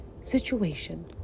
situation